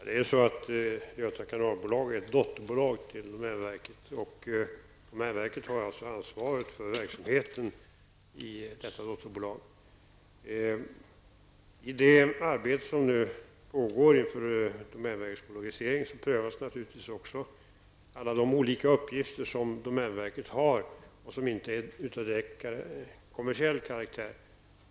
Herr talman! Göta kanalbolag är ett dotterbolag till domänverket. Domänverket har alltså ansvaret för verksamheten i detta dotterbolag. I det arbete som nu pågår inför domänverkets bolagisering prövas naturligtvis hur man skall kunna finansiera alla de olika uppgifter domänverket har som inte har direkt kommersiell karaktär.